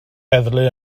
heddlu